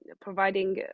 providing